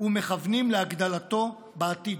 ומכוונים להגדלתו בעתיד.